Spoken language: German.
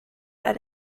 ein